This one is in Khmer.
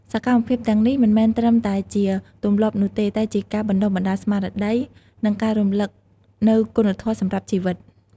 សកម្មភាពទាំងនេះមិនមែនត្រឹមតែជាទម្លាប់នោះទេ តែជាការបណ្ដុះបណ្ដាលស្មារតី និងការរំលឹកនូវគុណធម៌សម្រាប់ជីវិត។